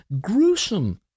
gruesome